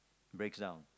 breaks down